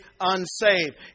unsaved